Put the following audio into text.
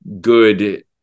good